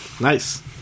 Nice